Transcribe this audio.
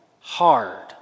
hard